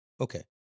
Okay